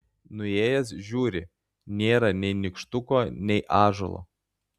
nuėjęs žiūri nėra nei nykštuko nei ąžuolo